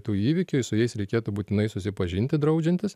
tų įvykių su jais reikėtų būtinai susipažinti draudžiantis